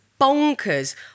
bonkers